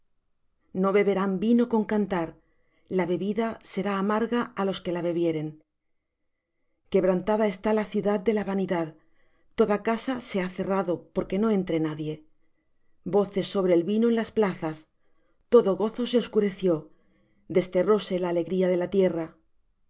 no beberán vino con cantar la bebida será amarga á los que la bebieren quebrantada está la ciudad de la vanidad toda casa se ha cerrado porque no entre nadie voces sobre el vino en las plazas todo gozo su oscureció desterróse la alegría de la tierra